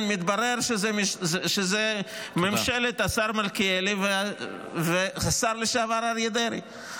מתברר שזאת ממשלת השר מלכיאלי והשר לשעבר אריה דרעי.